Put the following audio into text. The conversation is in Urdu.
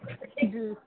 جی